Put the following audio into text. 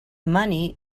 money